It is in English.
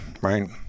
right